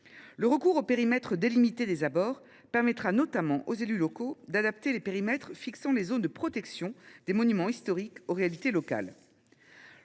Le recours aux périmètres délimités des abords permettra notamment aux élus locaux d’adapter les limites des zones de protection des monuments historiques aux réalités locales.